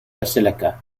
basilica